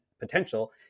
potential